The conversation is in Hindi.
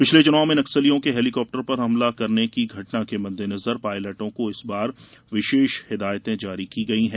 पिछले चुनाव में नक्सलियों के हेलीकाप्टर पर हमला करने की घटना के मद्देनजर पायलटों को इस बार विशेष हिदायते जारी की गई है